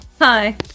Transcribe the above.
Hi